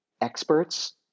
experts